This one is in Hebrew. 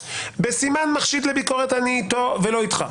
סימן מחשיד לביקורת - אני איתו ולא איתך.